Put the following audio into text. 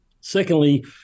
Secondly